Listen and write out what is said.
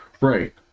Right